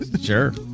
Sure